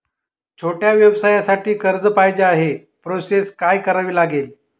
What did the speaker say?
छोट्या व्यवसायासाठी कर्ज पाहिजे आहे प्रोसेस काय करावी लागेल?